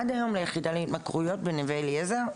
עד היום ביחידה להתמכרויות בנווה אליעזר.